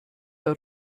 der